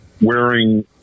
wearing